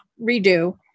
redo